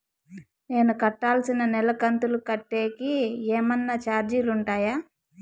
నేను కట్టాల్సిన నెల కంతులు కట్టేకి ఏమన్నా చార్జీలు ఉంటాయా?